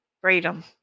Freedom